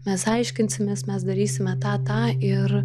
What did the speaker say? mes aiškinsimės mes darysime tą tą ir